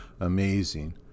amazing